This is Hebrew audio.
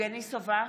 יבגני סובה,